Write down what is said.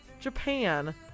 Japan